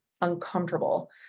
uncomfortable